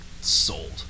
Sold